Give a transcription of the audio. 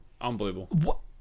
unbelievable